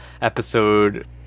episode